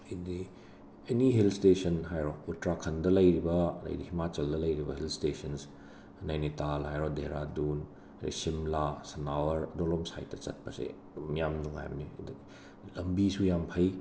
ꯑꯗꯩꯗꯤ any hill station ꯍꯥꯏꯔꯣ ꯎꯇ꯭ꯔꯥꯈꯟꯗ ꯂꯩꯔꯤꯕ ꯑꯗꯩꯗꯤ ꯍꯤꯃꯥꯆꯜꯗ ꯂꯩꯔꯤꯕ ꯍꯤꯜ ꯁ꯭ꯇꯦꯁꯟꯁ ꯅꯩꯅꯤꯇꯥꯜ ꯍꯥꯏꯔꯣ ꯗꯦꯍꯔꯥꯗꯨꯟ ꯑꯗꯩ ꯁꯤꯝꯂꯥ ꯁꯅꯥꯋꯔ ꯑꯗꯨꯔꯣꯝ ꯁꯥꯏꯠꯇ ꯆꯠꯄꯁꯦ ꯑꯝ ꯌꯥꯝꯅ ꯅꯨꯉꯥꯏꯕꯅꯤ ꯑꯗꯨꯒ ꯂꯝꯕꯤꯁꯨ ꯌꯥꯝ ꯐꯩ